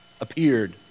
appeared